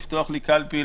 לפתוח לי קלפי,